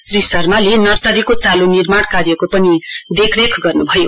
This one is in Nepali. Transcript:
श्री शर्माले नर्सरीका चालू निर्माण कार्यको पनि देखरेख गर्नुभयो